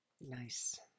Nice